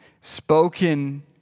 spoken